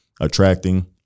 attracting